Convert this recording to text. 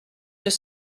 deux